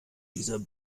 dieser